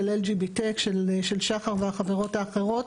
של LGBTECH של שחר והחברות האחרות,